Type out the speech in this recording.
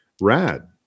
rad